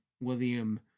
William